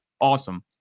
awesome